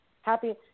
happy